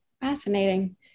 Fascinating